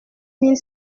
mille